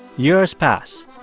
years pass.